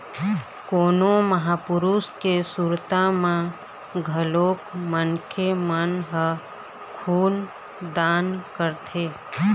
कोनो महापुरुष के सुरता म घलोक मनखे मन ह खून दान करथे